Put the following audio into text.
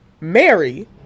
Mary